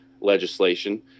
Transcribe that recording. legislation